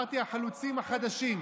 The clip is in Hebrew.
הושגה ב-48' אמרתי: החלוצים החדשים.